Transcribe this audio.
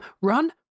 Run